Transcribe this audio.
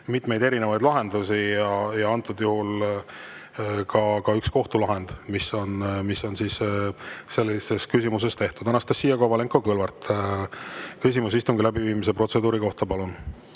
mitmeid erinevaid lahendusi ja on ka üks kohtulahend, mis on sellises küsimuses tehtud. Anastassia Kovalenko-Kõlvart, küsimus istungi läbiviimise protseduuri kohta, palun!